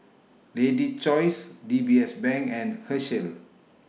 Lady's Choice D B S Bank and Herschel